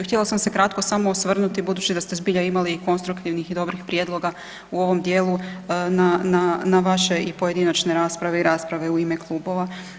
Htjela sam se kratko samo osvrnuti budući da ste zbilja imali konstruktivnih i dobrih prijedloga u ovom dijelu na vaše pojedinačne rasprave i rasprave u ime klubova.